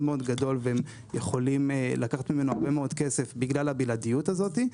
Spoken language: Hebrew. מאוד גדול והם יכולים לקחת ממנו הרבה מאוד כסף בגלל הבלעדיות הזאת.